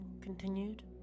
continued